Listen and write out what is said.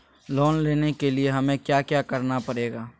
Loan लेने के लिए हमें क्या क्या करना पड़ेगा?